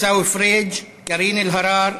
עיסאווי פריג', קארין אלהרר,